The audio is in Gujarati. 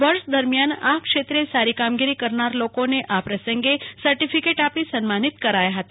વર્ષ દરમિયાન આ ક્ષેત્રે સારી કામગીરી કરનાર લોકોને આ પ્રસંગે સર્ટીફીકેટ આપી સન્માનિત કરાયા ફતા